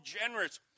generous